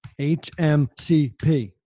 HMCP